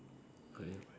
okay